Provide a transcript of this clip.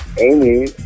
Amy